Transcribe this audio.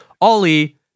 Ollie